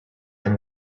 from